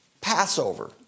Passover